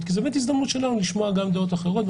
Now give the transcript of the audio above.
כי זאת הזדמנות שלנו לשמוע דעות אחרות,